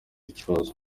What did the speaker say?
ikibazo